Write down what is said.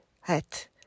hat